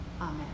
Amen